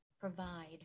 provide